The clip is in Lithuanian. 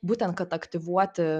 būtent kad aktyvuoti